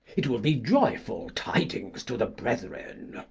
it will be joyful tidings to the brethren.